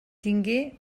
tingué